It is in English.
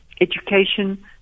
education